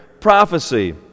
prophecy